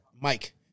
Mike